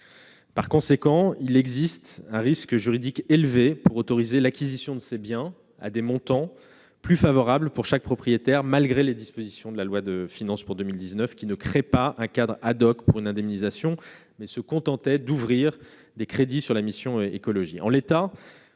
Par conséquent, il existe un risque juridique élevé si l'on autorise l'acquisition de ces biens à des montants plus favorables pour chaque propriétaire, et ce malgré les dispositions de la loi de finances pour 2019, qui ne créent pas un cadre pour l'indemnisation, mais se limitent à l'ouverture de crédits dans la mission « Écologie